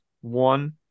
One